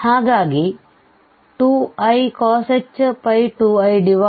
ಹಾಗಾಗಿ 2icosh π2i 4i i5i